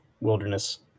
Wilderness